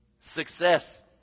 Success